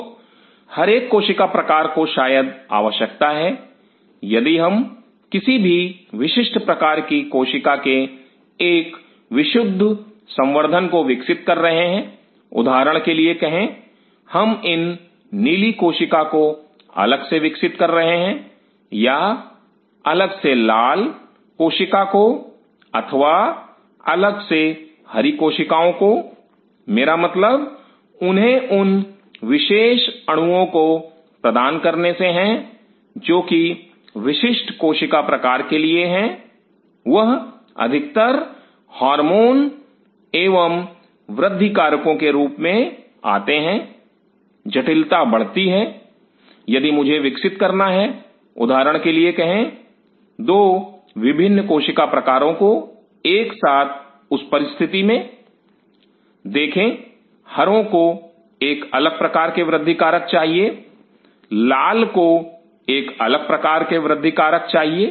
तो हर एक कोशिका प्रकार को शायद आवश्यकता है यदि हम किसी भी विशिष्ट प्रकार की कोशिका के एक विशुद्ध संवर्धन को विकसित कर रहे हैं उदाहरण के लिए कहे हम इन नीली कोशिका को अलग से विकसित कर रहे हैं या अलग से लाल कोशिका को अथवा अलग से हरी कोशिकाओं को मेरा मतलब इन्हें उन विशेष अणुओं को प्रदान करने से हैं जो कि विशिष्ट कोशिका प्रकार के लिए हैं वह अधिकतर हार्मोन एवं वृद्धि कारकों के रूप में आते हैं जटिलता बढ़ती है यदि मुझे विकसित करना है उदाहरण के लिए कहें दो विभिन्न कोशिका प्रकारों को एक साथ उस परिस्थिति में देखें हरों को एक अलग प्रकार के वृद्धि कारक चाहिए लाल को एक अलग प्रकार के वृद्धि कारक चाहिए